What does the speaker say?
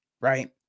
right